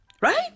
Right